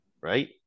right